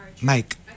Mike